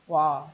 !wah!